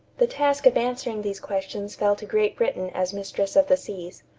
the task of answering these questions fell to great britain as mistress of the seas.